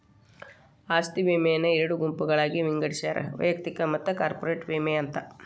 ಆಸ್ತಿ ವಿಮೆಯನ್ನ ಎರಡು ಗುಂಪುಗಳಾಗಿ ವಿಂಗಡಿಸ್ಯಾರ ವೈಯಕ್ತಿಕ ಮತ್ತ ಕಾರ್ಪೊರೇಟ್ ವಿಮೆ ಅಂತ